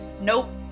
Nope